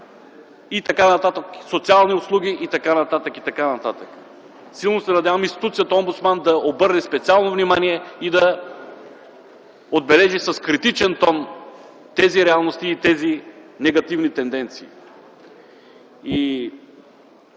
образование, социални услуги и така нататък, и така нататък. Силно се надявам институцията омбудсман да обърне специално внимание и да отбележи с критичен тон тези реалности и тези негативни тенденции.